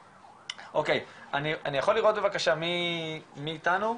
אוקי, אני יכול לראות בבקשה מי איתנו?